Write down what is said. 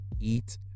eat